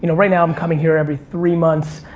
you know right now, i'm coming here every three months.